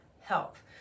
health